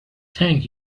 thank